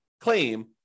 claim